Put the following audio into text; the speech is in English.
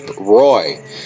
Roy